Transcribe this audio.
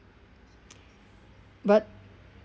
but